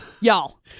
y'all